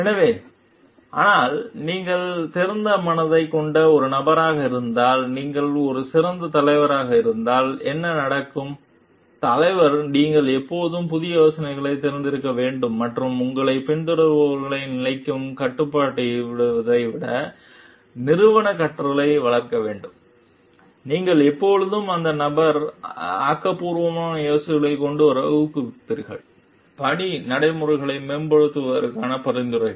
எனவே ஆனால் நீங்கள் திறந்த மனதைக் கொண்ட ஒரு நபராக இருந்தால் நீங்கள் ஒரு சிறந்த தலைவராக இருந்தால் என்ன நடக்கும் தலைவர் நீங்கள் எப்போதும் புதிய யோசனைகளுக்குத் திறந்திருக்க வேண்டும் மற்றும் உங்களைப் பின்தொடர்பவர்களை நிலைக்கு கட்டுப்படுத்துவதை விட நிறுவன கற்றலை வளர்க்க வேண்டும் நீங்கள் எப்போதும் அந்த நபரை ஆக்கபூர்வமான யோசனைகளைக் கொண்டு வர ஊக்குவிப்பீர்கள் பணி நடைமுறைகளை மேம்படுத்துவதற்கான பரிந்துரைகள்